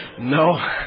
No